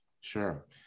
Sure